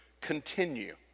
continue